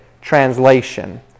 translation